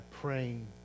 praying